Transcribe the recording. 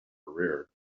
career